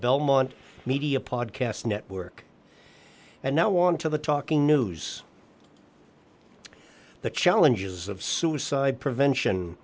belmont media podcast network and now on to the talking news the challenges of suicide prevention